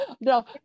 no